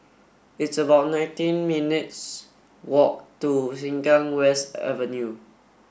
it's about nineteen minutes' walk to Sengkang West Avenue